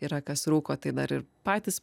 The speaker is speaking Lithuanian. yra kas rūko tai dar ir patys